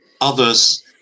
others